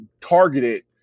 targeted